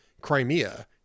crimea